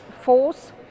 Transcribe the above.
force